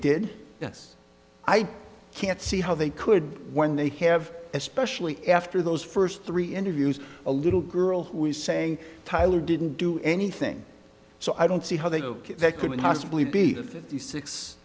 did yes i can't see how they could when they have especially after those first three interviews a little girl who is saying tyler didn't do anything so i don't see how they look they couldn't possibly be